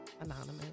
anonymous